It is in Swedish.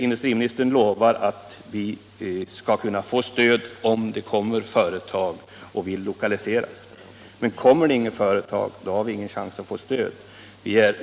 Industriministern lovar att Karlskrona skall kunna få stöd, om det kommer företag och vill lokaliseras dit. Men kommer det inget företag, då har vi ingen chans att få stöd.